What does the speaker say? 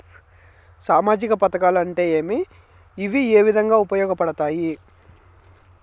సామాజిక పథకాలు అంటే ఏమి? ఇవి ఏ విధంగా ఉపయోగపడతాయి పడతాయి?